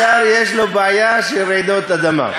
ישר יש לו בעיה של רעידות אדמה.